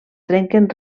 trenquen